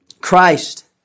Christ